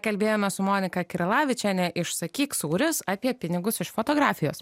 kalbėjome su monika krilavičienė išsakyk sūris apie pinigus iš fotografijos